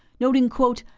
noting, quote,